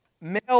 male